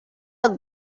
are